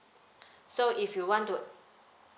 so if you want to